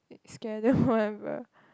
scare them whatever